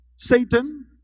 Satan